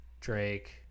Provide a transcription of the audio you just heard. Drake